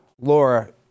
Laura